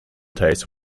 tastes